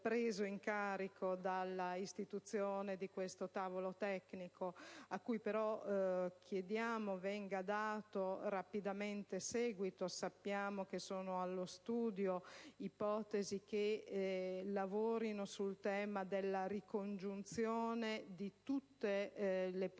preso in carico dalla istituzione di questo tavolo tecnico, a cui, però, chiediamo venga dato rapidamente seguito. Sappiamo che sono allo studio ipotesi che lavorino sul tema della ricongiunzione di tutte le posizioni